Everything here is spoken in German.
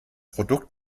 produkt